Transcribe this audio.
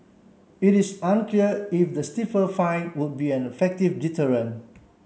it is unclear if the stiffer fine would be an effective deterrent